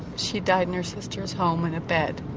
she died in her sister's home, in a bed,